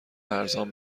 ارزان